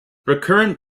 recurrent